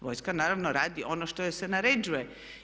Vojska naravno radi ono što joj se naređuje.